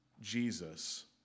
Jesus